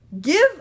give